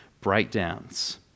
breakdowns